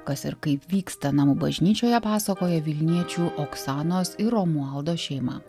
kas ir kaip vyksta namų bažnyčioje pasakoja vilniečių oksanos ir romualdo šeima